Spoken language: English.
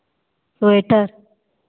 sweater